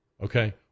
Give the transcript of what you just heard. Okay